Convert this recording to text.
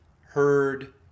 heard